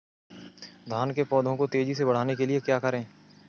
धान के पौधे को तेजी से बढ़ाने के लिए क्या करें?